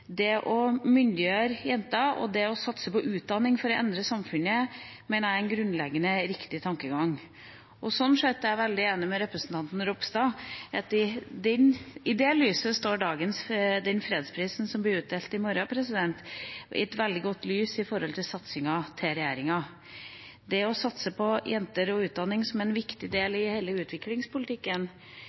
Det å myndiggjøre jenter og satse på utdanning for å endre samfunnet mener jeg er en grunnleggende riktig tankegang. Sånn sett er jeg veldig enig med representanten Ropstad i at den fredsprisen som blir utdelt i morgen, står i et veldig godt lys i forhold til regjeringas satsing. Det å satse på jenter og utdanning som en viktig del av hele utviklingspolitikken